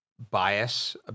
bias